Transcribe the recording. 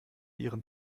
ihren